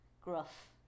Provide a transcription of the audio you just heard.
gruff